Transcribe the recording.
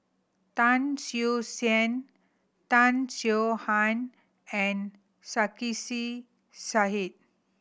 Tan Siew Sin Tan Swie Han and Sarkasi Said